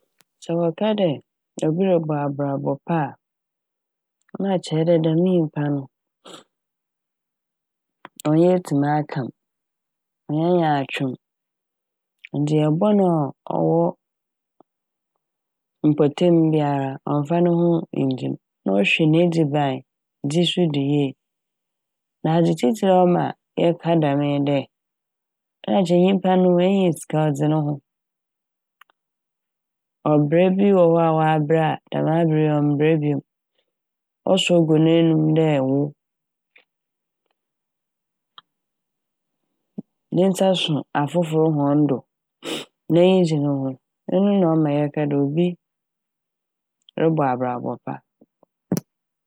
Sɛ wɔka dɛ obi robɔ abrabɔ pa a na ɔkyerɛ dɛ dɛm nyimpa no ɔnnyɛ etsi m' aka m', ɔnnyɛ nyaatwem, ndzeyɛɛ bɔn a ɔwɔ mpɔtem biara a ɔmmfa no ho nngye m' na ɔhwɛ n'edziban...dzi so do yie. Na adze tsistsir a ɔma yɛka dɛm nye dɛ na kyerɛ nyimpa oenya sika ɔdze ne ho, ɔbrɛ bi wɔ hɔ a ɔabrɛ a dɛm aber yi ɔmmbrɛ biom. Ɔsɔ gu n'anum dɛ wo, ne nsa so afofor hɔn do n'enyi gye no ho ɔno na ɔma yɛka dɛ obi robɔ abrabɔ pa.